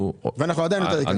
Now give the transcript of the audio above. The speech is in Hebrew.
ואנחנו עדיין יותר יקרים.